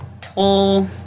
toll